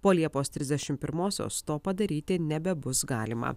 po liepos trisdešim pirmosios to padaryti nebebus galima